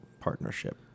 partnership